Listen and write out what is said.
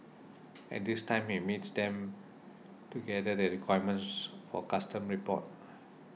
at this time he meets them to gather the requirements for custom report